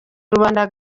rubanda